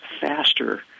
faster